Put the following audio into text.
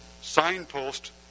signpost